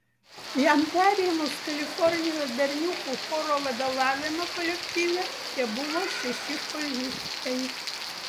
jam perėmus kalifornijos berniukų choro vadovavimą kolektyve tebuvo šeši choristai